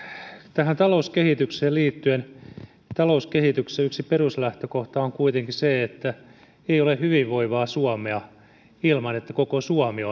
tähän talouskehitykseen liittyen talouskehityksessä yksi peruslähtökohta on kuitenkin se että ei ole hyvinvoivaa suomea ilman että koko suomi